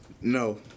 No